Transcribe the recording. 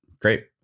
great